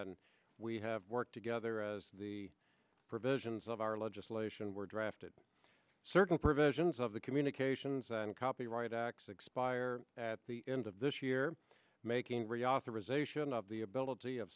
and we have worked together as the provisions of our legislation were drafted certain provisions the communications and copyright acts expire at the end of this year making reauthorization of the ability of